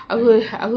ya ya ya